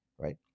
right